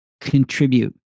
contribute